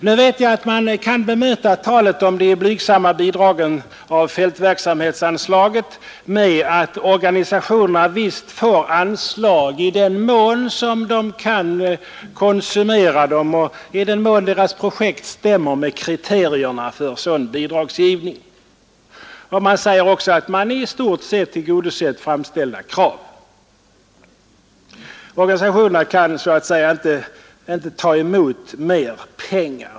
Nu vet jag att man kan bemöta talet om de blygsamma bidragen ur fältverksamhetsanslaget med att organisationerna får anslag i den mån som de kan konsumera dem och i den mån deras projekt stämmer med kriterierna för sådan bidragsgivning. Det sägs också att man i stort sett tillgodosett framställda krav — organisationerna kan så att säga inte ta emot mer pengar.